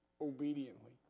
obediently